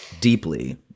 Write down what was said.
Deeply